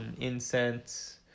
incense